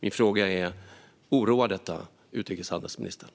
Min fråga är: Oroar detta utrikeshandelsministern?